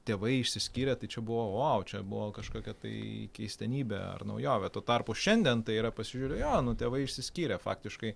tėvai išsiskyrę tai čia buvo vau čia buvo kažkokia tai keistenybė ar naujovė tuo tarpu šiandien tai yra pasižiūri jo nu tėvai išsiskyrę faktiškai